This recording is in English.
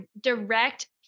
direct